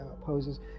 poses